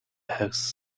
house